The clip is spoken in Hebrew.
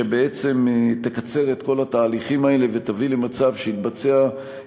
שבעצם תקצר את כל התהליכים האלה ותביא למצב שיתבצעו